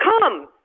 Come